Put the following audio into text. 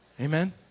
Amen